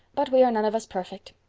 but we are none of us perfect.